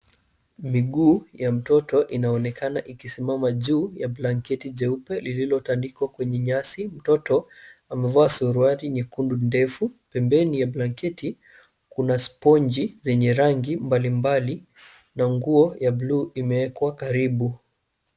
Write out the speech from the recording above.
Miguu ya mtoto inaonekana ikisimama juu ya blanketi jeupe lililotandikwa kwenye nyasi. Mtoto amevaa suruali nyekundu ndefu. Pembeni ya blanketi kuna sponji zenye rangi mbalimbali na nguo ya buluu imewekwa karibu.